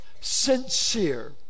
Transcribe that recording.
sincere